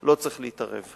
לא צריך להתערב.